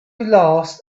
last